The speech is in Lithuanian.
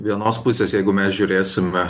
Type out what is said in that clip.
vienos pusės jeigu mes žiūrėsime